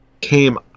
came